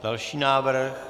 Další návrh.